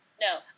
No